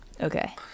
Okay